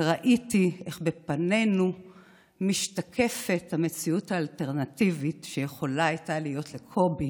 וראיתי איך בפנינו משתקפת המציאות האלטרנטיבית שיכולה הייתה להיות לקובי